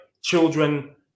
Children